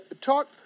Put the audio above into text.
talk